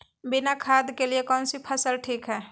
बिना खाद के लिए कौन सी फसल ठीक है?